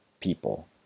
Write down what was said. people